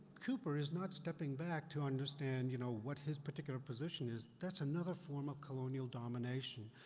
cooper is not stepping back to understand, you know, what his particular position is. that's another form of colonial domination.